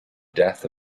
death